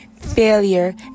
failure